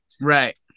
right